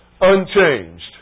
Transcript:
Unchanged